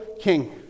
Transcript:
king